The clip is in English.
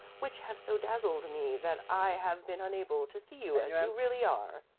which have so dazzled me that i have been unable to see you as you really are.